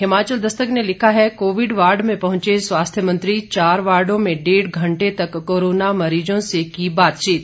हिमाचल दस्तक ने लिखा है कोविड वार्ड में पहुंचे स्वास्थ्य मंत्री चार वार्डों में डेढ़ घंटे तक कोरोना मरीजों से की बातचीत